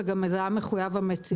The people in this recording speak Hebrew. וזה היה מחויב המציאות.